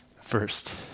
First